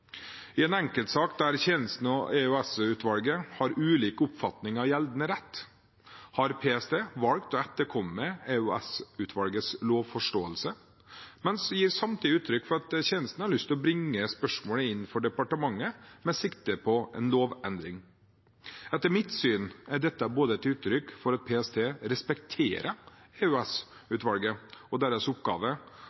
I en enkeltsak der tjenesten og EOS-utvalget har ulik oppfatning av gjeldende rett, har PST valgt å etterkomme EOS-utvalgets lovforståelse, men gir samtidig uttrykk for at tjenesten har lyst å bringe spørsmålet inn for departementet med sikte på en lovendring. Etter mitt syn er dette et uttrykk for både at PST respekterer